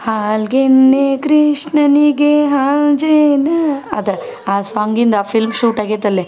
ಹಾಲ್ಗೆನ್ನೆ ಕೃಷ್ಣನಿಗೆ ಹಾಲ್ಜೇನಾ ಅದ ಆ ಸಾಂಗಿಂದು ಆ ಫಿಲ್ಮ್ ಶೂಟ್ ಆಗೇತಿ ಅಲ್ಲಿಯೇ